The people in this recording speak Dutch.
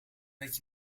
met